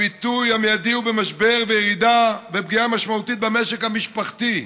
הביטוי המיידי הוא משבר ופגיעה משמעותית במשק המשפחתי,